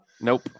nope